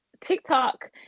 TikTok